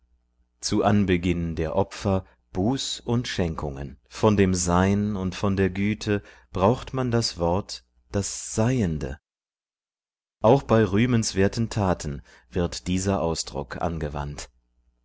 zu anbeginn der opfer buß und schenkungen von dem sein und von der güte braucht man das wort das seiende auch bei rühmenswerten taten wird dieser ausdruck angewandt